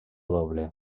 doble